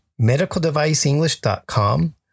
medicaldeviceenglish.com